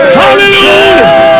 hallelujah